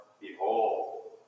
behold